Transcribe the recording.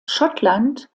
schottland